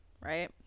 right